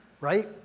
right